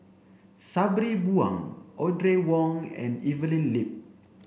Sabri Buang Audrey Wong and Evelyn Lip